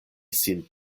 sin